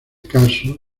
caso